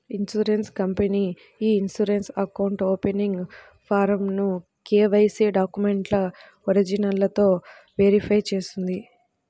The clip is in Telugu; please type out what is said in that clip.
ఇన్సూరెన్స్ కంపెనీ ఇ ఇన్సూరెన్స్ అకౌంట్ ఓపెనింగ్ ఫారమ్ను కేవైసీ డాక్యుమెంట్ల ఒరిజినల్లతో వెరిఫై చేస్తుంది